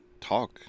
talk